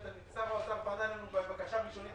שר האוצר פנה אלינו בבקשה ראשונית